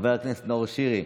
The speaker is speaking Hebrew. חבר הכנסת נאור שירי,